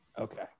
Okay